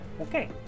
Okay